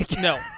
No